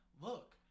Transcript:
look